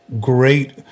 great